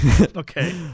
Okay